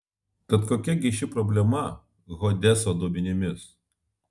tad kokia gi ši problema hodeso duomenimis